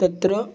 तत्र